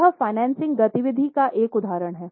यह फाइनेंसिंग गति विधि का एक उदाहरण है